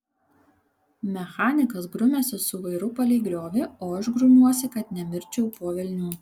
mechanikas grumiasi su vairu palei griovį o aš grumiuosi kad nemirčiau po velnių